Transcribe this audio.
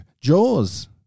Jaws